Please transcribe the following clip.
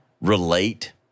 relate